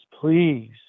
please